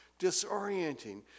disorienting